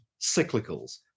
cyclicals